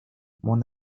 mon